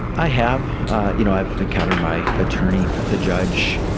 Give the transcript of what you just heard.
i have you know, i've encountered my attorney, the judge,